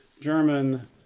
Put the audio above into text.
German